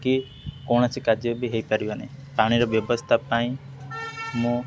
କି କୌଣସି କାର୍ଯ୍ୟ ବି ହେଇପାରିବନି ପାଣିର ବ୍ୟବସ୍ଥା ପାଇଁ ମୁଁ